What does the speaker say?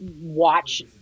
watch –